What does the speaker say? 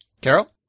Carol